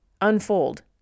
unfold